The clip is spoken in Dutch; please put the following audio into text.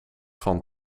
van